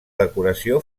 decoració